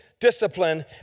Discipline